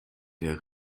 der